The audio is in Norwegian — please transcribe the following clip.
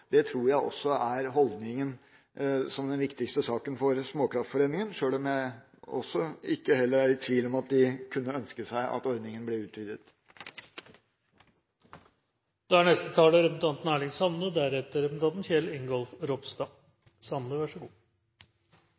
Det tror jeg også er den viktigste holdningen fra Småkraftforeninga, sjøl om jeg ikke er i tvil om at de kunne ønske seg at ordninga ble utvidet. For Senterpartiet er